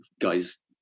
guys